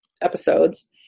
episodes